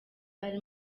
ari